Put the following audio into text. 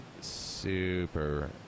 super